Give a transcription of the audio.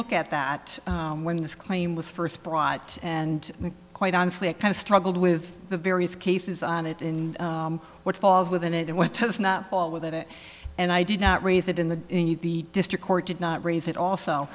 look at that when this claim was first brought and quite honestly it kind of struggled with the various cases on it in what falls within it went with it and i did not raise it in the district court did not raise it also